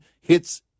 hits